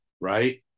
right